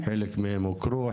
חלק מהם הוכרו,